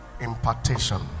impartation